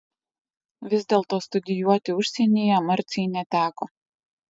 vis dėlto studijuoti užsienyje marcei neteko